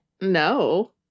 No